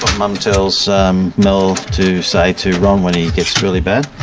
mum tells um mel to say to ron when he gets really bad,